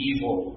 Evil